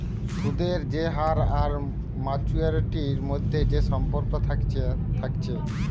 সুদের যে হার আর মাচুয়ারিটির মধ্যে যে সম্পর্ক থাকছে থাকছে